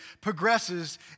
progresses